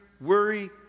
worry